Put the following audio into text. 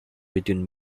between